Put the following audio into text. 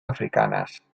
africanes